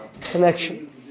connection